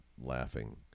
laughing